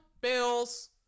bills